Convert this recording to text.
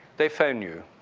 they phone you.